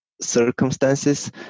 circumstances